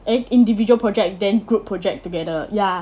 eh individual project then group project together ya